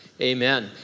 amen